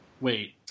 Wait